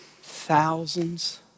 thousands